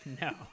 No